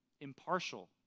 impartial